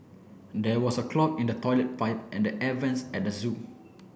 there was a clog in the toilet pipe and the air vents at the zoo